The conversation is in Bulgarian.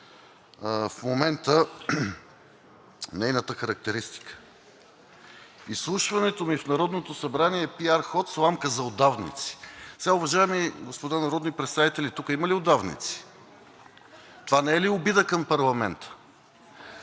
в момента нейната характеристика. „Изслушването ми в Народното събрание е пиар ход, сламка за удавници.“ Уважаеми господа народни представители, тук има ли удавници? Това не е ли обида към парламента?